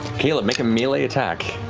caleb, make a melee attack.